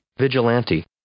Vigilante